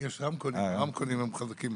יש רמקולים, הרמקולים חזקים.